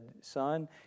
son